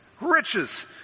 Riches